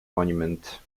monument